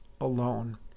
alone